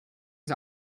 ist